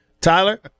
Tyler